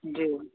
जी